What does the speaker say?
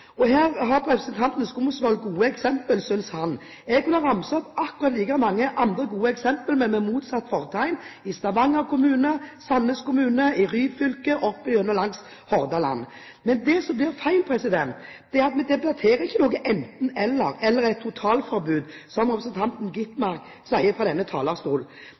Her har representanten Skumsvoll gode eksempler, synes han. Jeg kunne ramse opp akkurat like mange andre gode eksempler, men med motsatt fortegn – i Stavanger kommune, i Sandnes kommune, i Ryfylke og opp gjennom Hordaland. Men det som blir feil, er at vi debatterer ikke noe enten–eller eller et totalforbud, som representanten Skovholt Gitmark sier fra denne